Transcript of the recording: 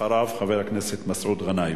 אחריו, חבר הכנסת מסעוד גנאים.